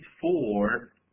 four